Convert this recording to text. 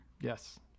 Yes